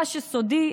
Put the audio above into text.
מה שסודי,